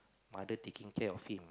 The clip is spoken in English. mother taking care of him